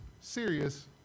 serious